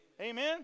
Amen